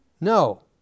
No